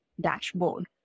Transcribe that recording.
dashboard